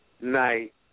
night